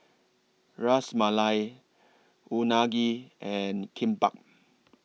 Ras Malai Unagi and Kimbap